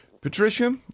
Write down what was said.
Patricia